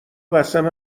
قسم